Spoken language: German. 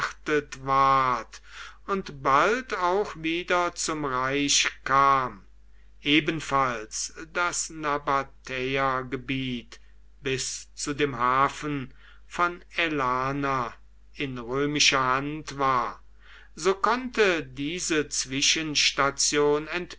und bald auch wieder zum reich kam ebenfalls das nabatäergebiet bis zu dem hafen von aelana in römischer hand war so konnte diese zwischenstation